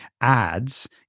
ads